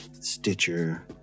Stitcher